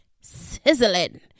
sizzling